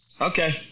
Okay